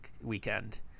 weekend